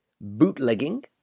bootlegging